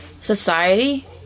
society